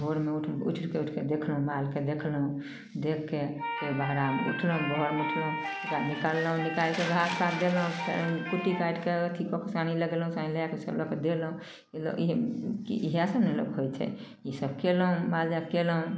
भोरमे उठलहुँ उठि पुठिके देखलहुँ मालके देखलहुँ देखिके फेर बहरामे उठलहुँ भोरमे उठलहुँ ओकरा निकललहुँ निकालिके घास पात देलहुँ कुट्टी काटिके अथी कऽ के सानी लगेलहुँ सानी लगाएके इहए सब ने लोक करैत छै ईसब कयलहुँ मालजाल कयलहुँ